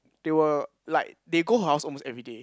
they were like they go her house almost everyday